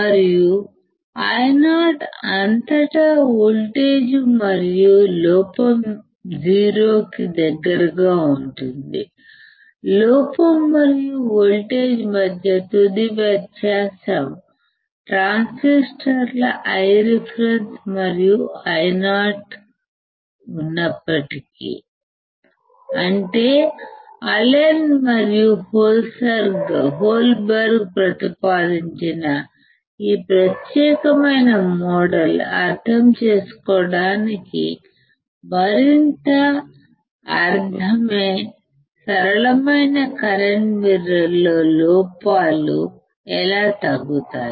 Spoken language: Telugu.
మరియు Io అంతటా వోల్టేజ్ మరియు లోపం 0 కి దగ్గరగా ఉంటుంది లోపం మరియు వోల్టేజ్ మధ్య తుది వ్యత్యాసం ట్రాన్సిస్టర్ల Ireference మరియు Io ఉన్నప్పటికీ అంటే అలెన్ మరియు హొల్బర్గ్ ప్రతిపాదించిన ఈ ప్రత్యేకమైన మోడల్ అర్థం చేసుకోవడానికి మరింత అర్ధమే సరళమైన కరెంట్ మిర్రర్ లో లోపాలు ఎలా తగ్గుతాయి